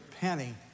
Penny